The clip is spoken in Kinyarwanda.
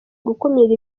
gukumira